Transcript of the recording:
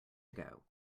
ago